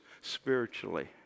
spiritually